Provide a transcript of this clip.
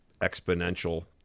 exponential